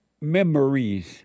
memories